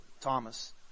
Thomas